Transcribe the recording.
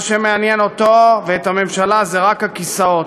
מה שמעניין אותו ואת הממשלה זה רק הכיסאות.